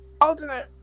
Alternate